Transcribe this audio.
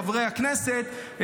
חברי הכנסת,